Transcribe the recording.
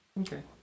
Okay